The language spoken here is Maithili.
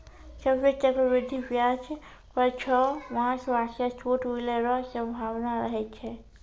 सभ्भे चक्रवृद्धि व्याज पर छौ मास वास्ते छूट मिलै रो सम्भावना रहै छै